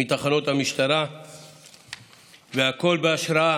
והכול בהשראת